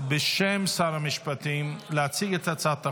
בשם שר המשפטים, להציג את הצעת החוק.